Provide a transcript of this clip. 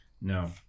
No